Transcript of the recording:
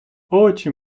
очі